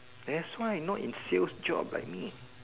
that's why not in sales job like me